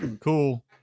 Cool